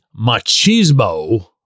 machismo